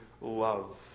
love